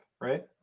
right